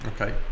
okay